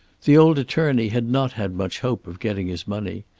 the old attorney had not had much hope of getting his money.